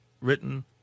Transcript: written